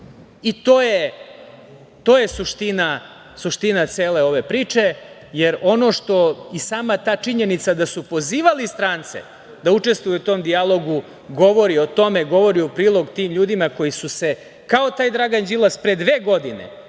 je suština cele ove priče, jer ono što i sama ta činjenica da su pozivali strance da učestvuju u tom dijalogu, govori u prilog tim ljudima koji su se kao taj Dragan Đilas pre dve godine,